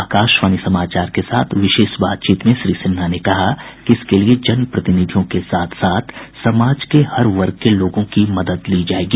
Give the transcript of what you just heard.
आकाशवाणी समाचार से विशेष बातचीत में श्री सिन्हा ने कहा कि इसके लिए जनप्रतिनिधियों के साथ साथ समाज के हर वर्ग के लोगों की मदद ली जायेगी